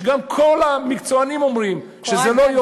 שגם כל המקצוענים אומרים שזה לא יוריד,